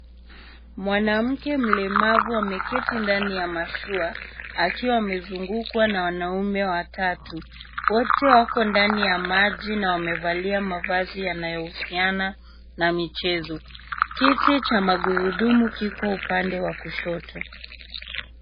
Mwanamke mlemavu ameketi ndani ya mashua akiwa amezungukwa na wanaume watatu. Wote wako ndani ya maji na wamevalia mavazi yanayohusiana na michezo. Kiti cha magurudumu kiko upande wa kushoto.